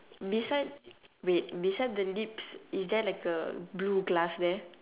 beside wait beside the lips is there like a blue glass there